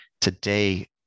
Today